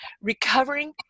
Recovering